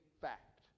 fact